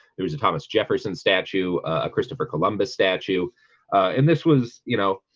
there was a thomas jefferson statue a christopher columbus statue and this was you know